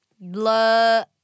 love